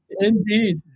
Indeed